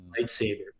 lightsaber